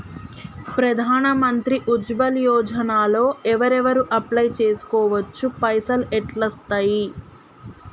ప్రధాన మంత్రి ఉజ్వల్ యోజన లో ఎవరెవరు అప్లయ్ చేస్కోవచ్చు? పైసల్ ఎట్లస్తయి?